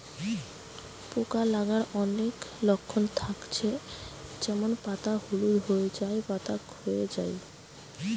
পোকা লাগার অনেক লক্ষণ থাকছে যেমন পাতা হলুদ হয়ে যায়া, পাতা খোয়ে যায়া